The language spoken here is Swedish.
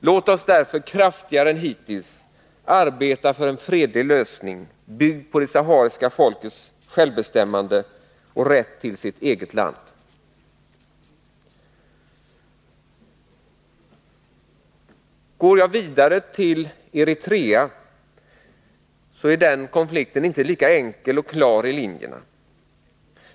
Låt oss därför kraftigare än hittills arbeta för en fredlig lösning, byggd på det sahariska folkets självbestämmande och rätt till sitt eget land. Går jag vidare till Eritrea, så skall det sägas att den konflikten inte är lika enkel och klar i linjerna.